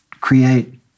create